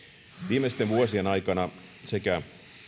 viimeisten vuosien aikana ja ehkä